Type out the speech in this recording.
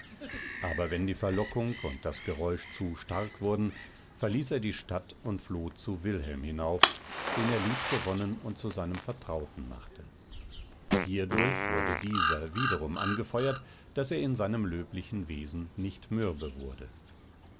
aber wenn die verlockung und das geräusch zu stark wurden verließ er die stadt und floh zu wilhelm hinauf den er liebgewonnen und zu seinem vertrauten machte hiedurch wurde dieser wiederum angefeuert daß er in seinem löblichen wesen nicht mürbe wurde